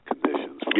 conditions